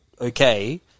okay